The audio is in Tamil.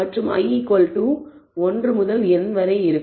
மற்றும் i 1 முதல் n வரை இருக்கும்